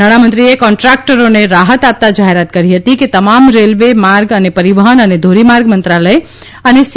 નાણાંમંત્રીએ કોન્દ્રાકટરોને રાહત આપતા જાહેરાત કરી હતી કે તમામ રેલવે માર્ગ અને પરિવહન અને ધોરીમાર્ગ મંત્રાલય અને સી